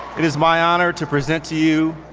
it is my honor to present to you